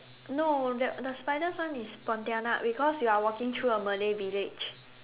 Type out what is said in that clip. no the the spiders one is pontianak because you're walking through a Malay village